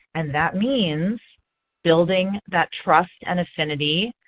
and that means building that trust and affinity,